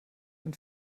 den